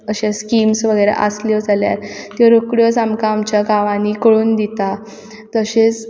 अशें स्किम्स वगैरा आसल्यो जाल्यार त्यो रोकड्यो आमकां आमच्या गांवांनी कळून दिता तशेंच